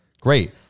Great